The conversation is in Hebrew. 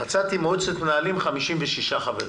מצאתי מועצת מנהלים של 56 חברים.